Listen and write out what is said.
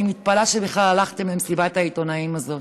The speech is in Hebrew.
אני מתפלאה שבכלל הלכתם למסיבת העיתונאים הזאת.